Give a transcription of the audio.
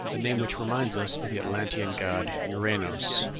a name which reminds us of the atlantean god uranos.